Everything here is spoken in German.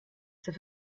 zur